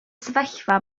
sefyllfa